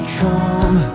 come